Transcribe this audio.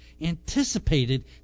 anticipated